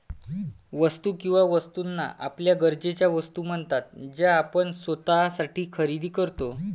वस्तू किंवा वस्तूंना आपल्या गरजेच्या वस्तू म्हणतात ज्या आपण स्वतःसाठी खरेदी करतो